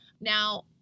Now